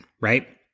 right